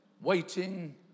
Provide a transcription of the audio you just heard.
Waiting